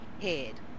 head